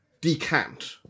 decant